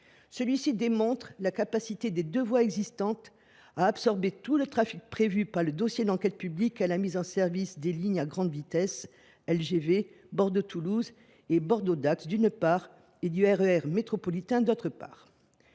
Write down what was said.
Celui ci démontre la capacité des deux voies existantes à absorber tout le trafic prévu par le dossier de l’enquête publique préalable à la mise en service des lignes à grande vitesse (LGV), Bordeaux Toulouse et Bordeaux Dax, d’une part, et du RER métropolitain, d’autre part.